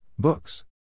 Books